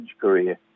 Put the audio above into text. career